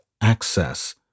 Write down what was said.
access